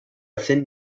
thin